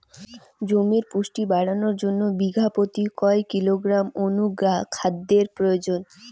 জমির পুষ্টি বাড়ানোর জন্য বিঘা প্রতি কয় কিলোগ্রাম অণু খাদ্যের প্রয়োজন?